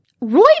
Roy